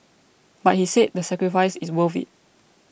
but he said the sacrifice is worth it